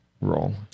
role